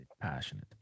passionate